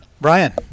Brian